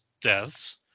deaths